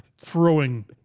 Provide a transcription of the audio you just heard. throwing